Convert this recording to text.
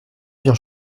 bien